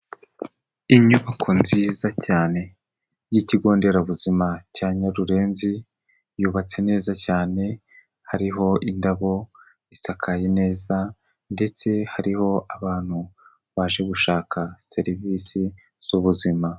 Inyubako nziza cyane y'ikigo nderabuzima cya Nyarurenzi, yubatse neza cyane, hariho indabo, isakaye neza ndetse hariho abantu baje gushaka serivise z'ubuzima.